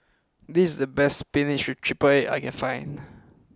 this is the best Spinach with triple egg that I can find